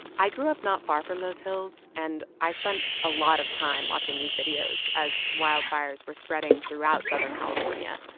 i grew up not far from those hills, and i spent a lot of time watching these videos as wildfires were spreading throughout southern california.